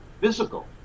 physical